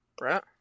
right